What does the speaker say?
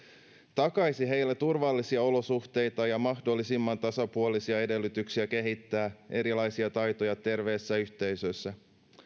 takaisi heille turvallisia olosuhteita ja mahdollisimman tasapuolisia edellytyksiä kehittää erilaisia taitoja terveessä yhteisössä